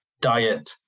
diet